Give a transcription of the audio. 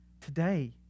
today